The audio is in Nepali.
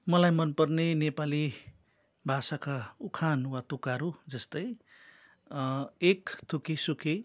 मलाई मनपर्ने नेपाली भाषाका उखान वा टुक्काहरू जस्तै एक थुकी सुकी